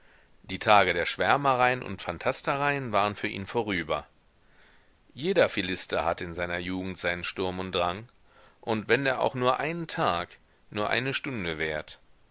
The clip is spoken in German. die tage der schwärmereien und phantastereien waren für ihn vorüber jeder philister hat in seiner jugend seinen sturm und drang und wenn der auch nur einen tag nur eine stunde währt